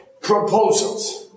proposals